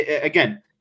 again